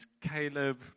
Caleb